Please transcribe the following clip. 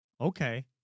Okay